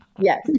Yes